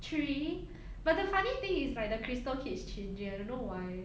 three but the funny thing is like the crystal keeps changing I don't know why